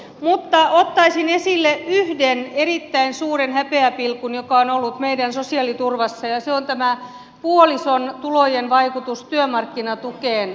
mutta ottaisin esille yhden erittäin suuren häpeäpilkun joka on ollut meidän sosiaaliturvassa ja se on tämä puolison tulojen vaikutus työmarkkinatukeen